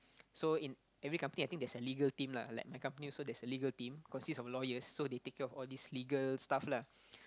so in every company I think there's a legal team lah like my company also there's a legal team consist of lawyers so they take care of all these legal stuff lah